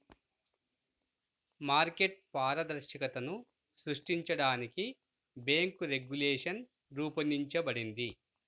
market పారదర్శకతను సృష్టించడానికి bank regulation రూపొందించబడింది